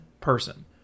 person